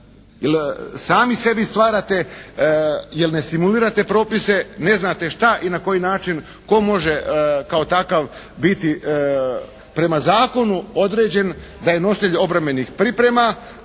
jer sami sebi stvarate, jer ne simulirate propise, ne znate šta i na koji način tko može kao takav biti prema zakonu određen da je nositelji obrambenih priprema,